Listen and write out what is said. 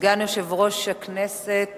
סגן יושב-ראש הכנסת